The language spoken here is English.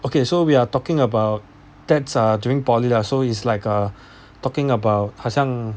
okay so we are talking about that's err during poly lah so is like uh talking about 好像